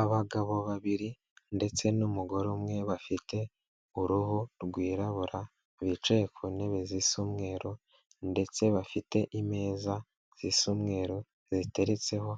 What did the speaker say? Abagabo babiri ndetse n'umugore umwe bafite uruhu rwirabura bicaye ku ntebe zisa umweru ndetse bafite imeza zisa umweru, ziteretseho